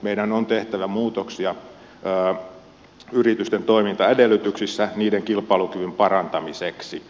meidän on tehtävä muutoksia yritysten toimintaedellytyksissä niiden kilpailukyvyn parantamiseksi